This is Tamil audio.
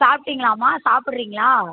சாப்பிடிங்களாம்மா சாப்பிடுறிங்ளா